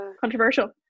Controversial